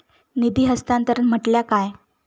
निधी हस्तांतरण म्हटल्या काय?